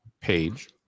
page